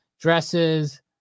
dresses